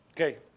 Okay